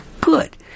good